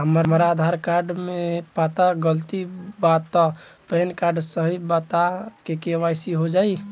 हमरा आधार कार्ड मे पता गलती बा त पैन कार्ड सही बा त के.वाइ.सी हो जायी?